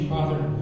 Father